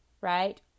right